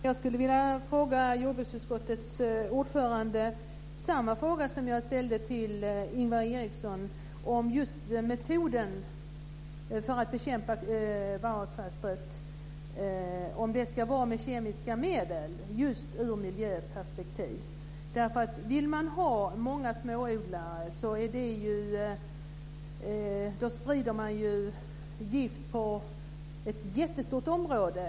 Fru talman! Jag skulle vilja fråga jordbruksutskottets ordförande samma sak som jag frågade Ingvar Eriksson. Det gäller metoden för att bekämpa varroakvalstret. Ska det ske med kemiska medel? Jag tänker på miljöperspektivet. Vill man ha många småodlare kommer gift att spridas på ett jättestort område.